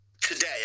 Today